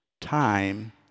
time